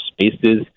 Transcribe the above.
spaces